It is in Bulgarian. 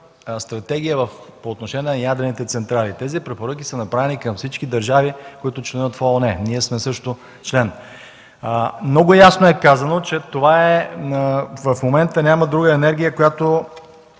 стратегия по отношение на ядрените централи? Тези препоръки са направени към всички държави, които членуват в ООН. Ние също сме член. Много ясно е казано, че в момента няма друга енергия, която